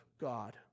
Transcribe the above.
God